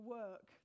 work